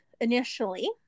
initially